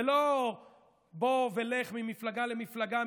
זה לא בוא ולך ממפלגה למפלגה,